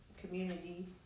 community